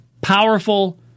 powerful